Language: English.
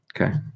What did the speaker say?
Okay